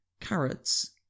carrots